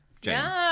James